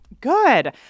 Good